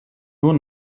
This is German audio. nur